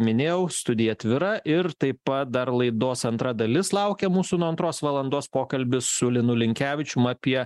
minėjau studija atvira ir taip pat dar laidos antra dalis laukia mūsų nuo antros valandos pokalbis su linu linkevičium apie